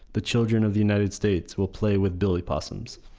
the children of the united states will play with billy possums.